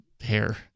hair